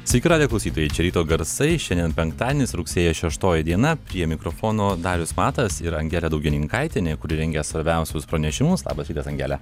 sveiki radijo klausytojai čia ryto garsai šiandien penktadienis rugsėjo šeštoji diena prie mikrofono darius matas ir angelė daugininkaitienė kuri rengia svarbiausius pranešimus labas rytas angele